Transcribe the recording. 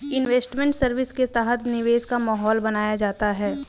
investment service के तहत निवेश का माहौल बनाया जाता है